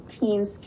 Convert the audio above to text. teams